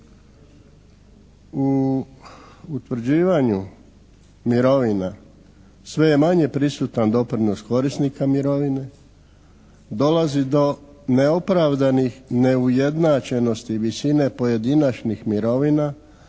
U utvrđivanju mirovina sve je manje prisutan doprinos korisnika mirovine, dolazi do neopravdanih neujednačenosti visine pojedinačnih mirovina